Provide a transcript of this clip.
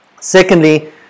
Secondly